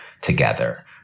together